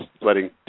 letting